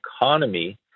economy